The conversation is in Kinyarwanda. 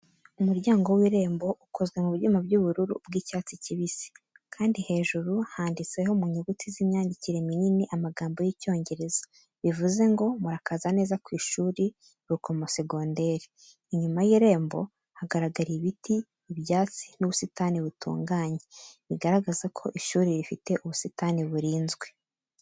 Umuryango w’irembo ukozwe mu byuma by’ubururu bw’icyatsi kibisi, kandi hejuru handitseho mu nyuguti z’imyandikire minini amagambo y’Icyongereza, bivuze ngo: "Murakaza neza ku ishuri Rukomo segonderi." Inyuma y’irembo hagaragara ibiti, ibyatsi n’ubusitani butunganye, bigaragaza ko ishuri rifite ubusitani burinzwe.